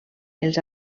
els